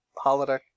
Holiday